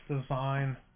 design